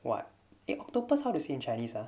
what it octopus how to in chinese ah